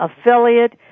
affiliate